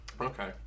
Okay